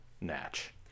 Natch